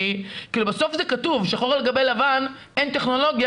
בסוף זה כתוב שחור על גבי לבן 'אין טכנולוגיה',